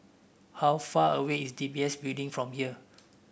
how far away is D B S Building from here